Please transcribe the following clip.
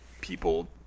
people